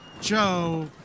Joe